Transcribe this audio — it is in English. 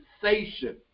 sensation